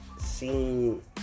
seen